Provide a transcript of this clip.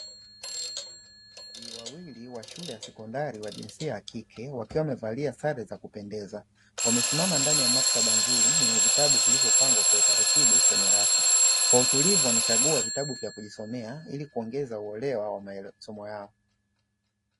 Wanafunzi wawili wa elimu ya sekondari wa jinsia ya kike wakiwa wamevalia sare za kupendeza, wamesimama ndani ya maktaba nzuri yenye vitabu vilivyopangwa kwa utaratibu kwenye rafu, kwa utulivu wanachagua vitabu vya kujisomea ili kuongeza uelewa wa masomo yao.